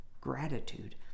gratitude